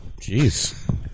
Jeez